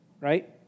right